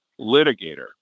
litigator